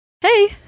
hey